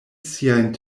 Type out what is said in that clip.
siajn